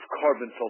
carbon